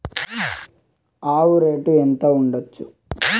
ఆవు రేటు ఎంత ఉండచ్చు?